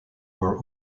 were